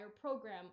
program